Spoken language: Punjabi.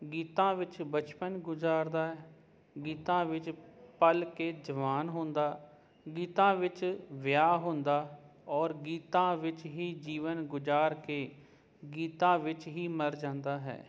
ਗੀਤਾਂ ਵਿੱਚ ਬਚਪਨ ਗੁਜਾਰਦਾ ਹੈ ਗੀਤਾਂ ਵਿੱਚ ਪਲ ਕੇ ਜਵਾਨ ਹੁੰਦਾ ਗੀਤਾਂ ਵਿੱਚ ਵਿਆਹ ਹੁੰਦਾ ਔਰ ਗੀਤਾਂ ਵਿੱਚ ਹੀ ਜੀਵਨ ਗੁਜ਼ਾਰ ਕੇ ਗੀਤਾਂ ਵਿੱਚ ਹੀ ਮਰ ਜਾਂਦਾ ਹੈ